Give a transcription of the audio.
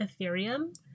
Ethereum